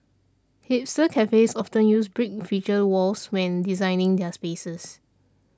hipster cafes often use such brick feature walls when designing their spaces